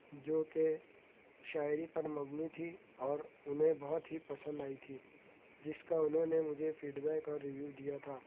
جو کہ شاعری پر مبنی تھی اور انہیں بہت ہی پسند آئی تھی جس کا انہوں نے مجھے فیڈ بیک اور ریویو دیا تھا